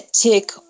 Tick